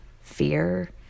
fear